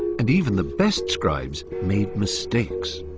and even the best scribes made mistakes.